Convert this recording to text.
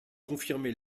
confirmé